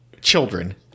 children